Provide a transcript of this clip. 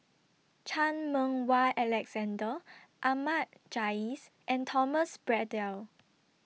Chan Meng Wah Alexander Ahmad Jais and Thomas Braddell